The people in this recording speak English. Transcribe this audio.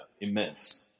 immense